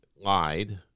lied